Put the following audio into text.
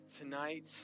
tonight